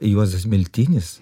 juozas miltinis